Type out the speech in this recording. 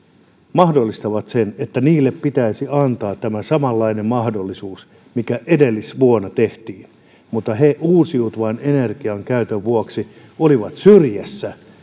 mahdollistavat sen että heille pitäisi antaa tämä samanlainen mahdollisuus mikä edellisvuonna tehtiin mutta he uusiutuvan energian käytön vuoksi olivat syrjässä